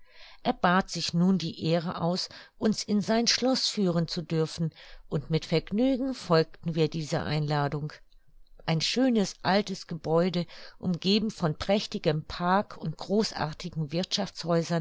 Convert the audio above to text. er bat sich nun die ehre aus uns in sein schloß führen zu dürfen und mit vergnügen folgten wir dieser einladung ein schönes altes gebäude umgeben von prächtigem park und großartigen